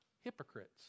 hypocrites